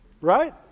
Right